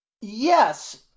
Yes